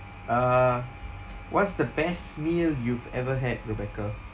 uh what's the best meal you've ever had rebecca